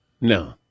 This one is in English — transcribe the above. No